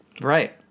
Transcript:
Right